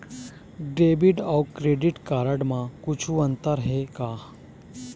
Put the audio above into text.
Debit अऊ credit card म कुछू अंतर हे का?